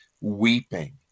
weeping